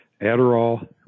Adderall